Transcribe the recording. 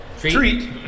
Treat